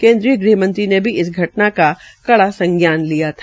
केन्द्रीय गृहमंत्री ने इस घटना पर कड़ा संज्ञान लिया था